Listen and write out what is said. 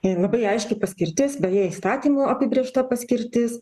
ir labai aiškiai paskirtis beje įstatymo apibrėžta paskirtis